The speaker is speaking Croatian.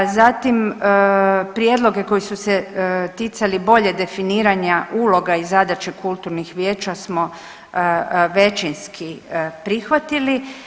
Zatim, prijedloge koji su se ticali bolje definiranja uloga i zadaća kulturnih vijeća smo većinskih prihvatili.